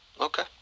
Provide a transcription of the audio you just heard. Okay